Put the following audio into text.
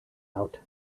out